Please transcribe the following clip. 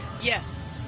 Yes